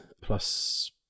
plus